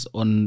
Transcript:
on